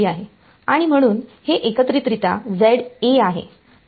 आणि म्हणून हे एकत्रितरित्या आहे